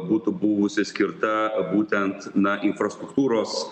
būtų buvusi skirta būtent na infrastruktūros